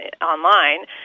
online